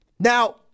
Now